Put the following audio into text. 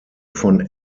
von